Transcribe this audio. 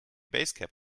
basecap